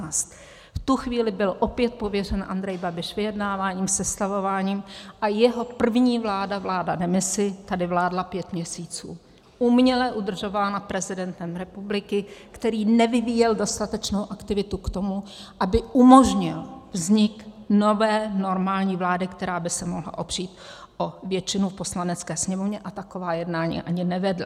V tu chvíli byl opět pověřen Andrej Babiš vyjednáváním, sestavováním, a jeho první vláda vládla v demisi, tady vládla pět měsíců, uměle udržována prezidentem republiky, který nevyvíjel dostatečnou aktivitu k tomu, aby umožnil vznik nové, normální vlády, která by se mohla opřít o většinu v Poslanecké sněmovně, a taková jednání ani nevedl.